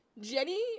Jenny